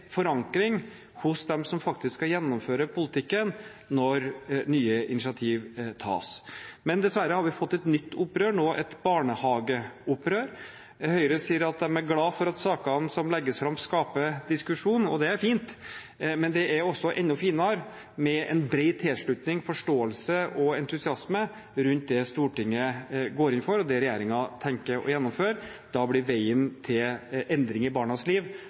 forankring hos dem som faktisk skal gjennomføre politikken, når nye initiativ tas. Men dessverre har vi fått et nytt opprør nå, et barnehageopprør. Høyre sier at de er glad for at sakene som legges fram, skaper diskusjon, og det er fint, men det er enda finere med en bred tilslutning, forståelse og entusiasme om det Stortinget går inn for, og det regjeringen tenker å gjennomføre. Da blir veien til endring i barnas liv